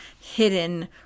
hidden